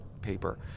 paper